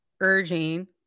urging